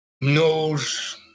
knows